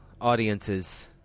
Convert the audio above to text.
audiences